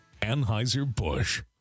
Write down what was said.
Anheuser-Busch